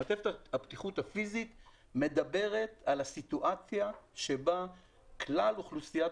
מעטפת הבטיחות הפיזית מדברת על הסיטואציה בה כלל אוכלוסיית